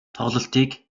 тоглолтыг